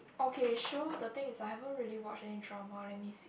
okay sure the thing is I haven't really watch any drama let me see